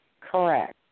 Correct